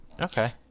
Okay